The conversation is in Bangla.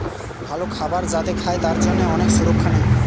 ভালো খাবার যাতে খায় তার জন্যে অনেক সুরক্ষা নেয়